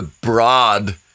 broad